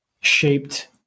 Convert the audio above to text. shaped